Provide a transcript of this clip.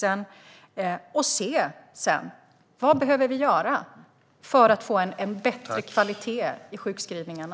Sedan får vi se på vad som behöver göras för att få bättre kvalitet i sjukskrivningarna.